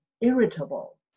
irritable